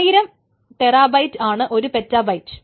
ആയിരം ടെറാബൈറ്റ് ആണ് ഒരു പെറ്റ ബൈറ്റ്